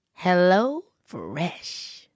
HelloFresh